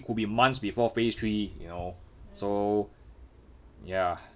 it could be months before phase three you know so ya